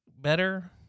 better